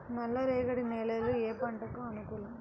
నల్ల రేగడి నేలలు ఏ పంటకు అనుకూలం?